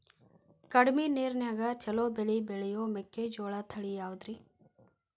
ಕಡಮಿ ನೇರಿನ್ಯಾಗಾ ಛಲೋ ಬೆಳಿ ಬೆಳಿಯೋ ಮೆಕ್ಕಿಜೋಳ ತಳಿ ಯಾವುದ್ರೇ?